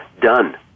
done